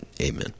Amen